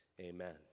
Amen